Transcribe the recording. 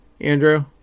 Andrew